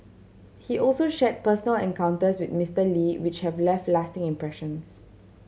he also shared personal encounters with Mister Lee which have left lasting impressions